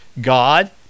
God